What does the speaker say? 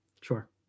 Sure